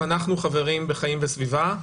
ואנחנו חברים ב"חיים וסביבה".